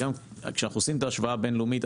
כשאנחנו עושים את ההשוואה הבין-לאומית,